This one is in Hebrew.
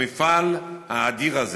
המפעל האדיר הזה